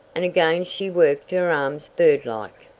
and again she worked her arms bird-like.